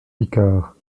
picard